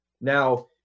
Now